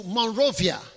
Monrovia